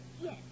Yes